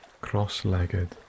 cross-legged